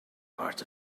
part